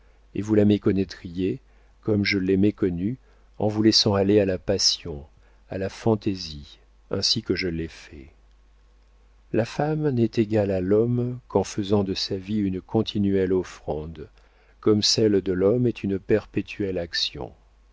et vous la méconnaîtriez comme je l'ai méconnue en vous laissant aller à la passion à la fantaisie ainsi que je l'ai fait la femme n'est égale à l'homme qu'en faisant de sa vie une continuelle offrande comme celle de l'homme est une perpétuelle action